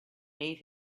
made